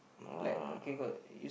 uh